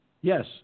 yes